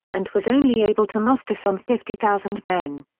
and was only able to muster some fifty thousand men.